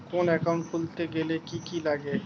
কোন একাউন্ট খুলতে গেলে কি কি লাগে?